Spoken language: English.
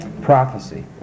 Prophecy